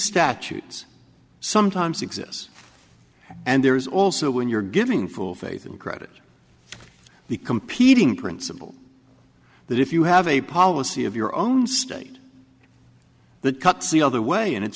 statutes sometimes exist and there is also when you're giving full faith and credit the competing principle that if you have a policy of your own state that cuts the other way and it's